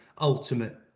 ultimate